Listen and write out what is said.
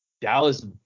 Dallas